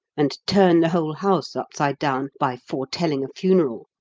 and turn the whole house upside down by foretelling a funeral,